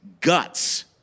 guts